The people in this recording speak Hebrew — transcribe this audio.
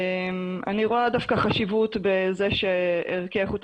אני רואה דווקא חשיבות בזה שערכי איכות